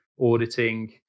auditing